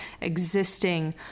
existing